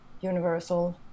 universal